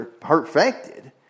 perfected